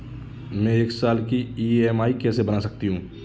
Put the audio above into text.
मैं एक साल की ई.एम.आई कैसे बना सकती हूँ?